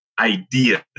ideas